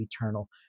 eternal